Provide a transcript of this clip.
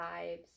vibes